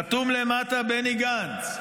חתום למטה 'בני גנץ',